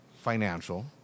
financial